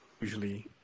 usually